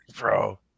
Bro